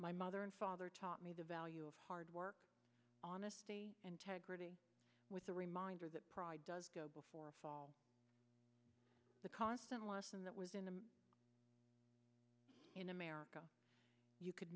my mother and father taught me the value of hard work honesty integrity with a reminder that pride does go before a fall the constant lesson that within them in america you could